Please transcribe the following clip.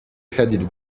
headed